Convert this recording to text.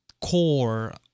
core